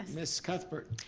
ms. cuthbert.